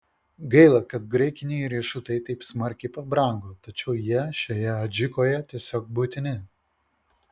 gaila kad graikiniai riešutai taip smarkiai pabrango tačiau jie šioje adžikoje tiesiog būtini